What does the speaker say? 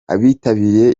abitabiriye